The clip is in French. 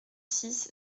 six